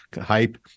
hype